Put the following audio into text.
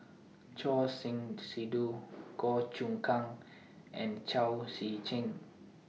Choor Singh Sidhu Goh Choon Kang and Chao Tzee Cheng